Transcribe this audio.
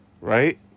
right